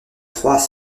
trois